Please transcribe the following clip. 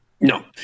No